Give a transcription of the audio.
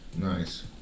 Nice